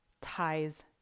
ties